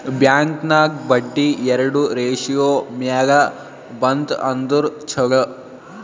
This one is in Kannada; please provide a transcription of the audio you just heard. ಬ್ಯಾಂಕ್ ನಾಗ್ ಬಡ್ಡಿ ಎರಡು ರೇಶಿಯೋ ಮ್ಯಾಲ ಬಂತ್ ಅಂದುರ್ ಛಲೋ